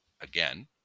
again